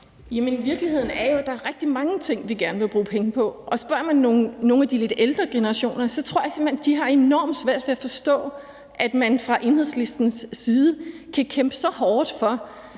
virkeligheden er jo, at der er rigtig mange ting, vi gerne vil bruge penge på, og spørger man nogle af de lidt ældre generationer, så tror jeg simpelt hen, de har enormt svært ved at forstå, at man fra Enhedslistens side kan kæmpe så hårdt for,